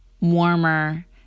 warmer